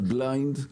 על בליינד,